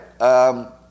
right